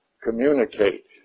communicate